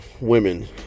women